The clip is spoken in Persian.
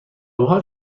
بحال